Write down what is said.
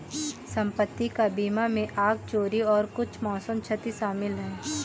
संपत्ति का बीमा में आग, चोरी और कुछ मौसम क्षति शामिल है